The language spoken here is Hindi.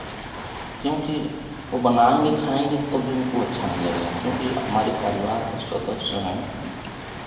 क्योंकि वो बनाएंगे खाएंगे तब भी उनको अच्छा नहीं लगेगा क्योंकि हमारे परिवार का सदस्य हैं